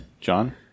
John